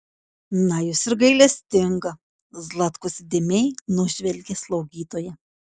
na jūs ir gailestinga zlatkus įdėmiai nužvelgė slaugytoją